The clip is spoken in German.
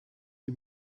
die